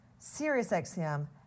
SiriusXM